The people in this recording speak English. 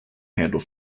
handle